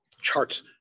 charts